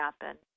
happen